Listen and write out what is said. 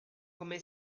come